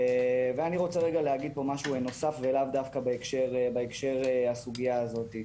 ואני רוצה רגע להגיד פה משהו נוסף ולאו דווקא בהקשר הסוגיה הזאת.